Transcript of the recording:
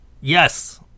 Yes